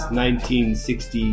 1960